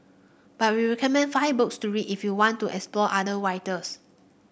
but we recommend five books to read if you want to explore other writers